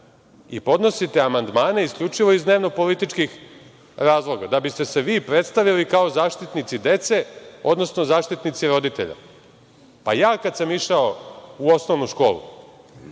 i podnosite amandmane isključivo iz dnevno-političkih razloga, da biste se vi predstavili kao zaštitnici dece, odnosno zaštitnici roditelja. Kada sam ja išao u osnovnu školu,